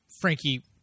Frankie